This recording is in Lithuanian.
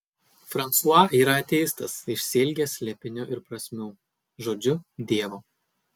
fransua yra ateistas išsiilgęs slėpinių ir prasmių žodžiu dievo